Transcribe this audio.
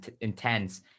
intense